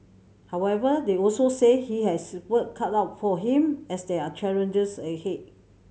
however they also said he has work cut out for him as there are challenges ahead